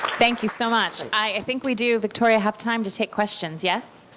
thank you so much. i think we do, victoria, have time to take questions. yes?